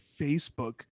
Facebook